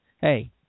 hey